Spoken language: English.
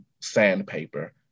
sandpaper